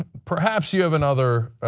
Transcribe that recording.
perhaps you have another